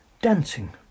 dancing